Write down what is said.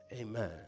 Amen